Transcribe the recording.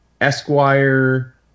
Esquire